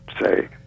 say